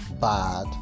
bad